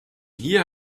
hier